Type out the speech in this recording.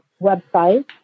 website